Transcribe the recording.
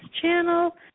channel